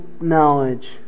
knowledge